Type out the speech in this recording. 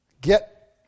get